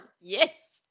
Yes